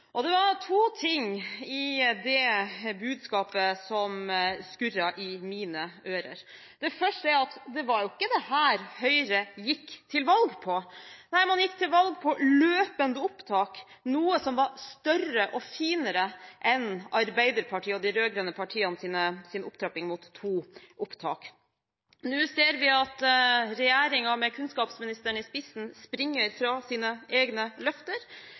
og det var to ting i det budskapet som skurret i mine ører. Det første er at det var jo ikke dette Høyre gikk til valg på. Nei, man gikk til valg på løpende opptak, noe som var større og finere enn Arbeiderpartiet og de rød-grønne partienes opptrapping mot to opptak. Nå ser vi at regjeringen – med kunnskapsministeren i spissen – springer fra sine egne løfter,